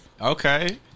Okay